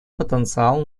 потенциал